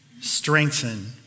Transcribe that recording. strengthen